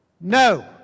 no